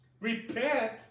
repent